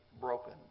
broken